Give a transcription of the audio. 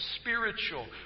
spiritual